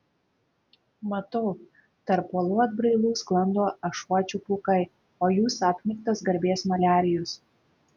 matau tarp uolų atbrailų sklando ašuočių pūkai o jūs apniktas garbės maliarijos